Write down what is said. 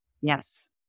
Yes